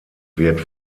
wird